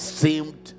seemed